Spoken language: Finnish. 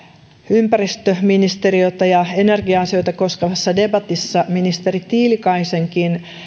ympäristöministeriötä ja energia asioita koskevassa debatissa ministeri tiilikaisenkin